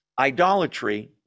idolatry